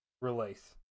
release